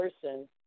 person